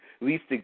least